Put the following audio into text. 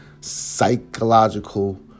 psychological